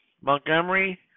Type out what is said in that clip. Montgomery